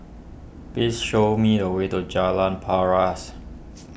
please show me the way to Jalan Paras